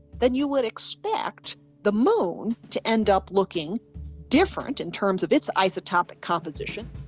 then you would expect the moon to end up looking different in terms of its isotopic composition,